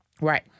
Right